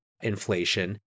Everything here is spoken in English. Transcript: inflation